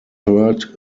third